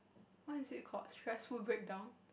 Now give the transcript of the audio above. what is it called stressful breakdown